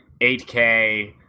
8k